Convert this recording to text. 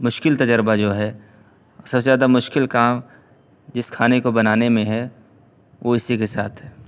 مشکل تجربہ جو ہے سب سے زیادہ مشکل کام جس کھانے کو بنانے میں ہے وہ اسی کے ساتھ ہے